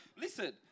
listen